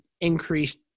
increased